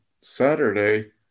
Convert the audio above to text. Saturday